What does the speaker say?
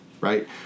Right